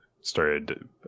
started